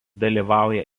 dalyvauja